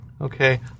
Okay